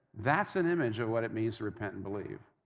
that's an image of what it means to repent and believe.